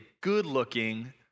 good-looking